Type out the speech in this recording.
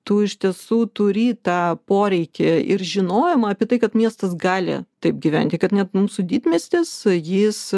tu iš tiesų turį tą poreikį ir žinojimą apie tai kad miestas gali taip gyventi kad net mūsų didmiestis jis